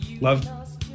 love